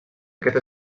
aquest